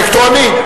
אלקטרוני?